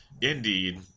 Indeed